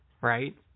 right